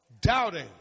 Doubting